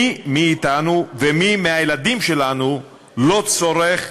מי מאתנו ומי מהילדים שלנו לא צורך